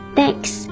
Thanks